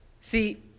See